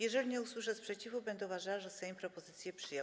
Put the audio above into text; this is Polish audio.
Jeżeli nie usłyszę sprzeciwu, będę uważała, że Sejm propozycję przyjął.